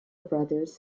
brothers